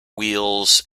wheels